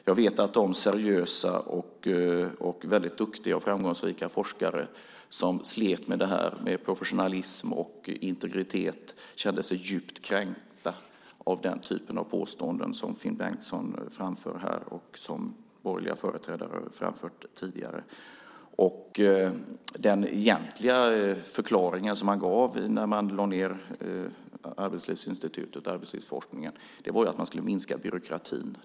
Jag vet att de seriösa och väldigt duktiga och framgångsrika forskare som slet med det här med professionalism och integritet känner sig djupt kränkta av den typen av påståenden som Finn Bengtsson framför och som borgerliga företrädare har framfört tidigare. Den egentliga förklaringen som man gav när man lade ned Arbetslivsinstitutet och arbetslivsforskningen var att man skulle minska byråkratin.